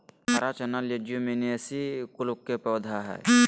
हरा चना लेज्युमिनेसी कुल के पौधा हई